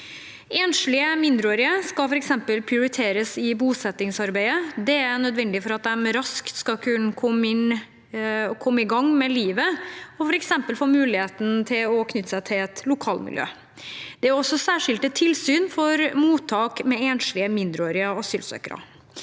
Enslige mindreårige skal f.eks. prioriteres i bosettingsarbeidet. Det er nødvendig for at de raskt skal kunne komme i gang med livet og f.eks. få muligheten til å knytte seg til et lokalmiljø. Det er også særskilte tilsyn for mottak med enslige mindreårige asylsøkere.